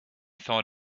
thought